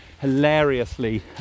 hilariously